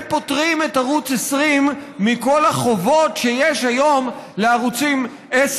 פוטרים את ערוץ 20 מכל החובות שיש היום לערוץ 10,